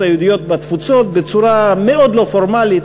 היהודיות בתפוצות בצורה מאוד לא פורמלית,